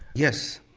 yes,